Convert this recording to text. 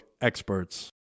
experts